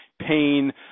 pain